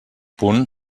punt